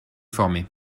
formées